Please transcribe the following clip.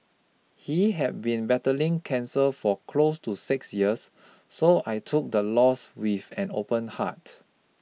he had been battling cancer for close to six years so I took the loss with an open heart